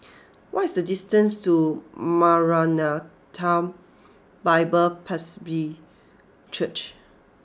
what is the distance to Maranatha Bible Presby Church